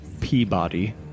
Peabody